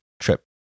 trip